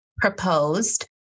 proposed